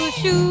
shoo